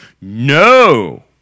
No